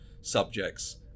subjects